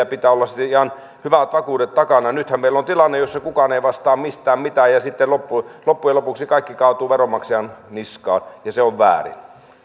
pitää olla hyvät vakuudet takana nythän meillä on tilanne jossa kukaan ei vastaa mistään mitään ja sitten loppujen loppujen lopuksi kaikki kaatuu veronmaksajan niskaan ja se on väärin